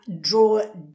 draw